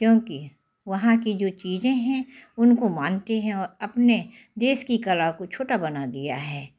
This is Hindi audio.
क्योंकि वहाँ की जो चीज़ें हैं उनको मानते हैं और अपने देश की कला को छोटा बना दिया है